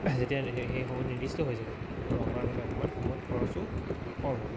যেতিয়া সেই সময়টো নিৰ্দিষ্ট হৈ যাব ত' আমাৰ মানে অকণমান সময় খৰচো কম হ'ব